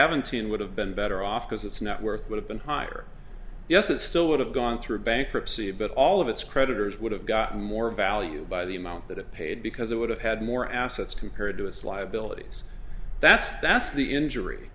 team would have been better off because it's not worth would have been higher yes it still would have gone through bankruptcy but all of its creditors would have got more value by the amount that it paid because it would have had more assets compared to its liabilities that's that's the injury